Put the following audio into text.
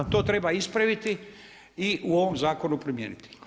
To treba ispraviti i u ovom zakonu primijeniti.